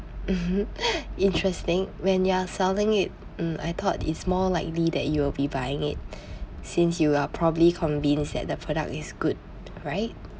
interesting when you are selling it mm I thought it's more likely that you will be buying it since you are probably convinced that the product is good right